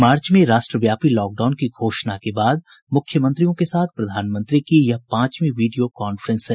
मार्च में राष्ट्रव्यापी लॉकडाउन की घोषणा के बाद मुख्यमंत्रियों के साथ प्रधानमंत्री की यह पांचवीं वीडियो कॉन्फेंस है